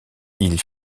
ils